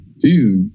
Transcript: Jesus